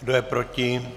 Kdo je proti?